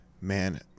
Man